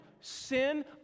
Sin